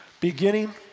beginning